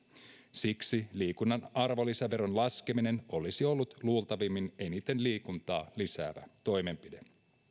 siksi liikunnan arvonlisäveron laskeminen olisi ollut luultavimmin eniten liikuntaa lisäävä toimenpide